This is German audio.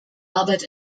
arbeit